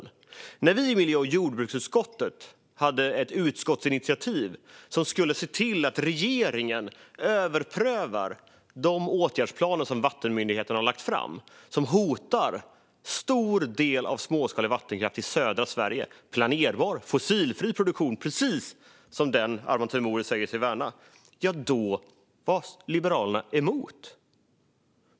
Vi hade ett utskottsinitiativ i miljö och jordbruksutskottet som skulle se till att regeringen överprövar de åtgärdsplaner som vattenmyndigheterna har lagt fram, vilka hotar en stor del av den småskaliga vattenkraften i södra Sverige, precis den planerbara och fossilfria produktion som Arman Teimouri säger sig värna. Men då var Liberalerna emot.